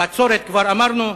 בצורת כבר אמרנו?